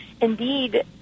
indeed